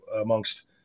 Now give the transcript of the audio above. amongst